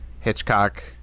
Hitchcock